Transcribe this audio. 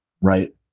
right